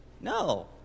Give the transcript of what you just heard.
No